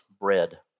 bread